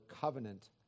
covenant